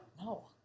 No